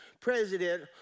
president